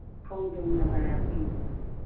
ꯈꯣꯡꯗ꯭ꯔꯨꯝꯅ ꯀꯌꯥ ꯄꯤꯔꯤꯖꯥꯠꯅꯣ